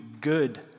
good